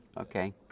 Okay